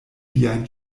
viajn